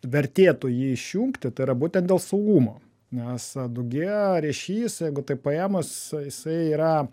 vertėtų jį išjungti tai yra būtent dėl saugumo nes du gie ryšys jeigu taip paėmus jisai yra